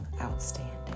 outstanding